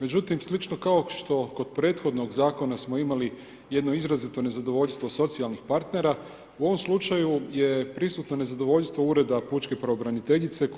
Međutim, slično kao što kod prethodnog zakona smo imali jedno izrazito nezadovoljstvo socijalnog partnera, u ovom slučaju je prisutna nezadovoljstvo Ureda pučke pravobraniteljice,